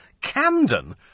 Camden